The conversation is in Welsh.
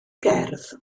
gerdd